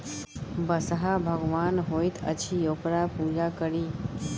बसहा भगवान होइत अछि ओकर पूजा करी